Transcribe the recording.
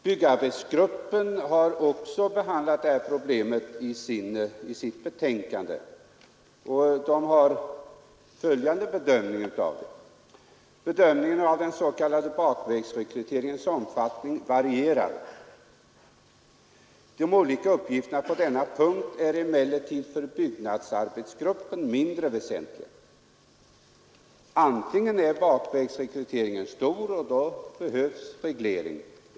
Byggarbetsgruppen har också behandlat det här problemet i sitt betänkande och kommit till följande slutsats: ”Bedömningen av den s.k. bakvägsrekryteringens omfattning varierar visserligen. De olika uppgifterna på denna punkt är emellertid för byggarbetsgruppen mindre väsentliga. Antingen är bakvägsrekryteringen stor och behöver då regleras.